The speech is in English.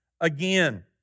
again